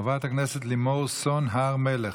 חברת הכנסת לימור סון הר מלך,